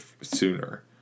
sooner